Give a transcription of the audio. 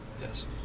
Yes